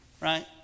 Right